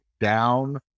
down